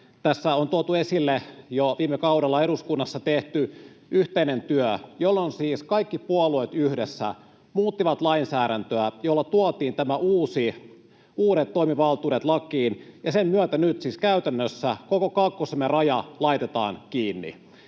Tässä on tuotu esille jo eduskunnassa tehty yhteinen työ viime kaudella, jolloin siis kaikki puolueet yhdessä muuttivat lainsäädäntöä, jolla tuotiin uudet toimivaltuudet lakiin, ja sen myötä nyt siis käytännössä koko Kaakkois-Suomen raja laitetaan kiinni.